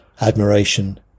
admiration